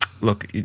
look